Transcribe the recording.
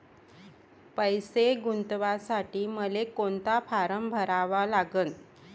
पैसे गुंतवासाठी मले कोंता फारम भरा लागन?